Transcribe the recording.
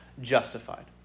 justified